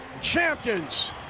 champions